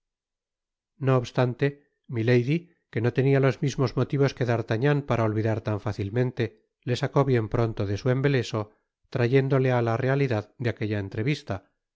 no obstante milady que no tenia los mismos motivos que d'artagnan para olvidar tan fácilmente le sacó bien pronto de su embeleso trayéndole á la realidad